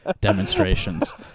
demonstrations